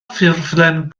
ffurflen